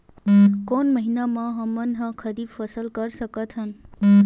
कोन महिना म हमन ह खरीफ फसल कर सकत हन?